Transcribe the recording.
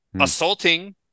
Assaulting